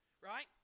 right